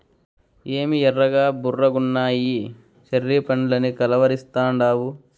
ఏమి ఎర్రగా బుర్రగున్నయ్యి చెర్రీ పండ్లని కలవరిస్తాండావు